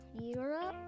europe